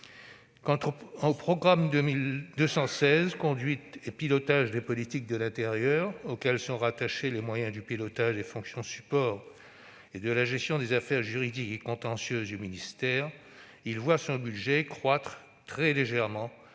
Quant au programme 216, « Conduite et pilotage des politiques de l'intérieur », auquel sont rattachés les moyens du pilotage des fonctions support, et de la gestion des affaires juridiques et contentieuses du ministère, il voit son budget croître très légèrement